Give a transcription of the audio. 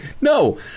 no